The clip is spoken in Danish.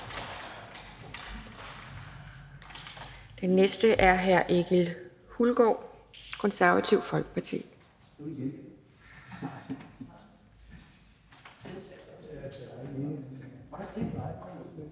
Den næste er hr. Egil Hulgaard, Det Konservative Folkeparti.